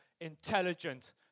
intelligent